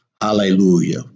Hallelujah